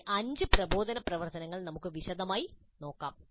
ഈ അഞ്ച് പ്രബോധന പ്രവർത്തനങ്ങൾ നമുക്ക് വിശദമായി നോക്കാം